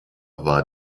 war